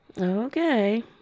Okay